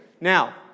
Now